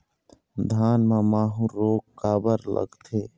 धान म माहू रोग काबर लगथे?